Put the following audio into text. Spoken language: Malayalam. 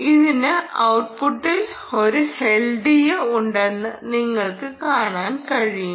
ഇതിന് ഔട്ട്പുട്ടിൽ ഒരു എൽഡിഒ ഉണ്ടെന്ന് നിങ്ങൾക്ക് കാണാൻ കഴിയും